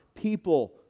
people